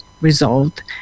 resolved